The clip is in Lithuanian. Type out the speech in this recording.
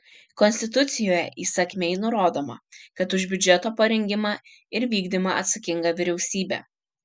konstitucijoje įsakmiai nurodoma kad už biudžeto parengimą ir vykdymą atsakinga vyriausybė